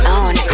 on